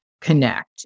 connect